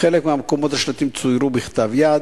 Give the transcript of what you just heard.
בחלק מהמקומות השלטים צוירו בכתב יד.